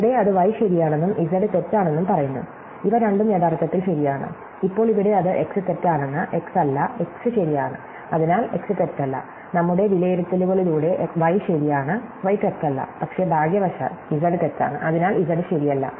ഇവിടെ അത് y ശരിയാണെന്നും z തെറ്റാണെന്നും പറയുന്നു ഇവ രണ്ടും യഥാർത്ഥത്തിൽ ശരിയാണ് ഇപ്പോൾ ഇവിടെ അത് x തെറ്റാണെന്ന് x അല്ല x ശരിയാണ് അതിനാൽ x തെറ്റല്ല നമ്മുടെ വിലയിരുത്തലുകളിലൂടെ y ശരിയാണ് y തെറ്റല്ല പക്ഷേ ഭാഗ്യവശാൽ z തെറ്റാണ് അതിനാൽ z ശരിയല്ല